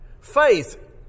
Faith